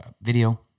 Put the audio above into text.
video